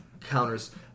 counters